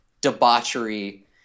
debauchery